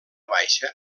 baixa